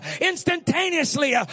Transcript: instantaneously